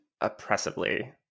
oppressively